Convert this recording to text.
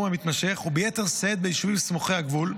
וביתר שאת ביישובים סמוכי הגבול,